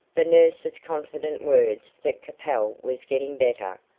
the nurse's confident words that capel was getting better,